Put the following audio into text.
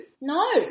No